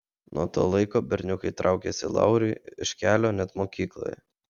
nuo to laiko berniukai traukėsi lauriui iš kelio net mokykloje